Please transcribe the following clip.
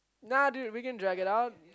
nah dude we can drag it out